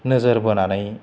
नोजोर बोनानै